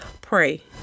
pray